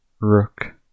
Rook